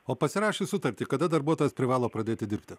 o pasirašius sutartį kada darbuotojas privalo pradėti dirbti